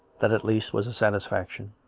that, at least, was a satisfaction.